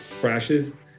crashes